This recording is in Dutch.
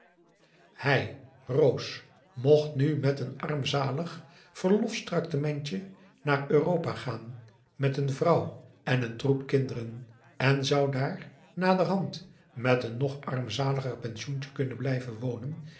hij roos mocht nu met een armzalig verlofstraktementje p a daum de van der lindens c s onder ps maurits naar europa gaan met een vrouw en een troep kinderen en zou daar naderhand met een nog armzaliger pensioentje kunnen blijven wonen